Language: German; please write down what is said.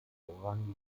vorrangige